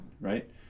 Right